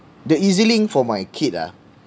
the E_Z link for my kid ah